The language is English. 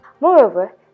Moreover